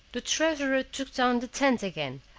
the treasurer took down the tent again,